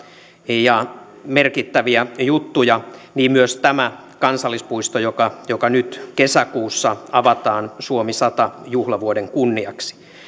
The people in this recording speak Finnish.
ja merkittäviä juttuja niin myös tämä kansallispuisto joka joka nyt kesäkuussa avataan suomi sadan juhlavuoden kunniaksi